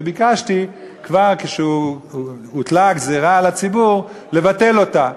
וביקשתי כבר כשהוטלה הגזירה על הציבור לבטל אותה.